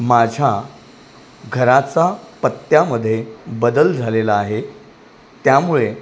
माझ्या घराचा पत्त्यामध्ये बदल झालेला आहे त्यामुळे